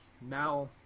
now